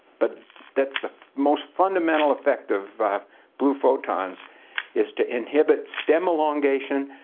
but that's the most fundamental effect of blue photons is to inhibit stem elongation,